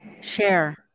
Share